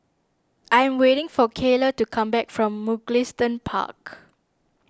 I am waiting for Cayla to come back from Mugliston Park